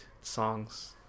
songs